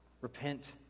Repent